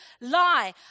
Lie